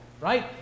right